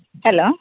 hello